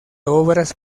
obras